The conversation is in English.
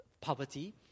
poverty